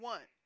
One